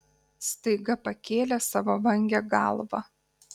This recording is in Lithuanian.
staiga pakėlė savo vangią galvą